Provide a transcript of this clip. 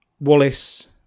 Wallace